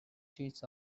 sheets